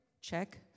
Check